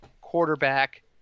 quarterback